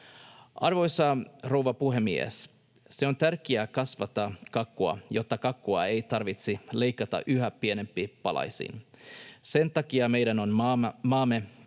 Arvoisa rouva puhemies! On tärkeää kasvattaa kakkua, jotta kakkua ei tarvitsisi leikata yhä pienempiin palasiin. Sen takia meidän on maamme talouden